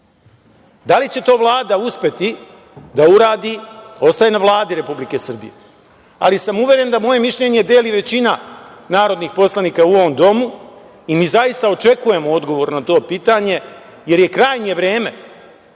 Da li će to Vlada uspeti da uradi, ostaje na Vladi Republike Srbije, ali sam uveren da moje mišljenje deli većina narodnih poslanika u ovom domu i zaista očekujemo odgovor na to pitanje jer je krajnje vreme